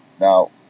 Now